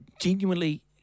genuinely